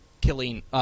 Killing